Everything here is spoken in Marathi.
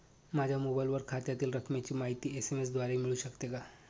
माझ्या मोबाईलवर खात्यातील रकमेची माहिती एस.एम.एस द्वारे मिळू शकते का?